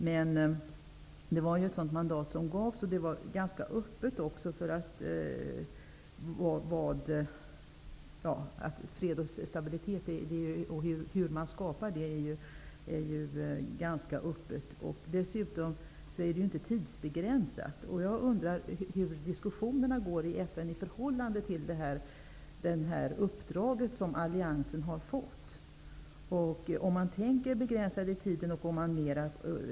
Mandatet att skapa fred och stabilitet var ganska öppet. Det är inte heller tidsbegränsat. Hur går diskussionerna i FN om det uppdrag som alliansen har fått? Tänker man tidsbegränsa uppdraget?